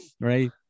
Right